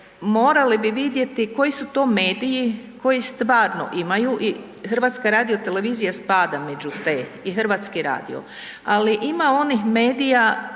morali bi vidjeti koji su to mediji koji stvarno imaju i HRT spada među te i Hrvatski radio, ali ima onih medija